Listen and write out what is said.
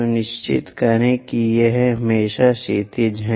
सुनिश्चित करें कि यह हमेशा क्षैतिज है